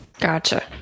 Gotcha